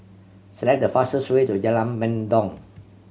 select the fastest way to Jalan Mendong